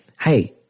hey